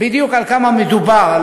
בדיוק על כמה מדובר.